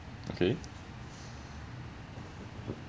okay